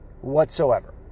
whatsoever